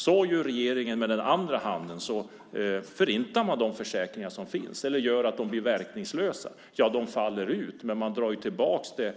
Så gör regeringen, och med den andra handen förintar man de försäkringar som finns eller gör att de blir verkningslösa. Ja, de faller ut, men man drar tillbaka